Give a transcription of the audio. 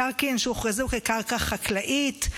מקרקעין שהוכרזו כקרקע חקלאית,